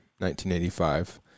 1985